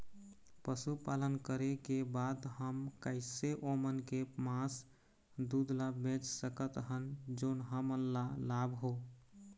पशुपालन करें के बाद हम कैसे ओमन के मास, दूध ला बेच सकत हन जोन हमन ला लाभ हो?